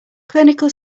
clinical